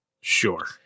Sure